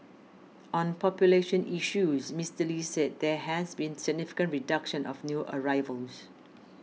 on population issues Mister Lee said there has been significant reduction of new arrivals